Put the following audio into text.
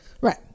Right